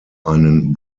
einen